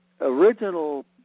original